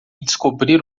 descobrir